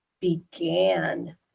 began